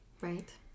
Right